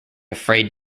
afraid